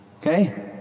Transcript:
Okay